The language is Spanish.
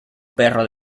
perro